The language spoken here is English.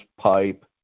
pipe